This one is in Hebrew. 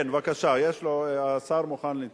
כן, בבקשה, השר מוכן להתייחס.